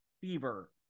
fever